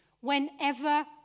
whenever